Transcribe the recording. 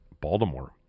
Baltimore